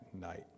night